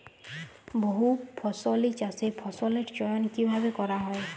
বহুফসলী চাষে ফসলের চয়ন কীভাবে করা হয়?